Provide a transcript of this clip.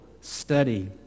study